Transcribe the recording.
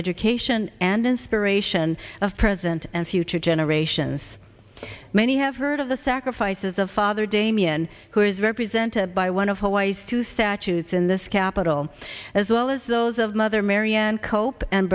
education and inspiration of present and future generations many have heard of the sacrifices of father damien who is represented by one of hawaii's two statues in this capital as well as those of mother marianne cope and